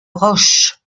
roche